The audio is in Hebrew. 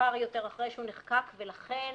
מאוחר יותר אחרי שהוא נחקק, ולכן